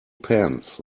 pants